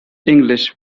english